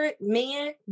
man